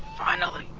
finally,